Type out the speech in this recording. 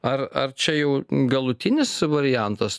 ar ar čia jau galutinis variantas